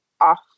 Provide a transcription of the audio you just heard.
off